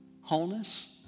wholeness